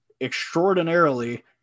extraordinarily